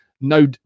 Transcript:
no